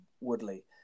Woodley